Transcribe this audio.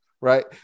right